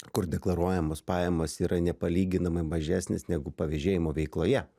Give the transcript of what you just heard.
kur deklaruojamos pajamos yra nepalyginamai mažesnės negu pavežėjimo veikloje